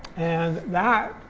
and that